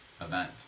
event